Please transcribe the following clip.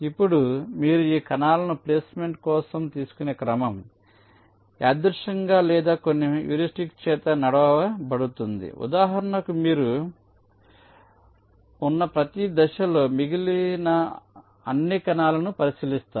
ఇప్పుడు మీరు ఈ కణాలను ప్లేస్మెంట్ కోసం తీసుకునే క్రమం ఇది యాదృచ్ఛికంగా లేదా కొన్ని హ్యూరిస్టిక్స్ చేత నడపబడుతుంది ఉదాహరణకు మీరు ఉన్న ప్రతి దశలో మిగిలిన అన్ని కణాలను పరిశీలిస్తారు